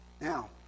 Now